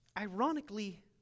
ironically